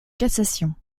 cassation